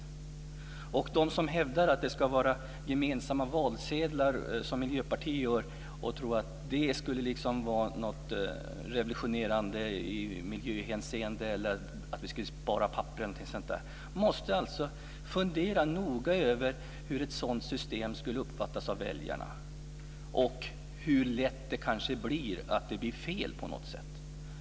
De som liksom Miljöpartiet hävdar att det ska vara gemensamma valsedlar och tror att det skulle vara något revolutionerande i miljöhänseende, att vi skulle spara papper, måste fundera noga över hur ett sådant system skulle uppfattas av väljarna och hur lätt det kanske blir fel på något sätt.